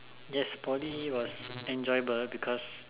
yes Poly was enjoyable because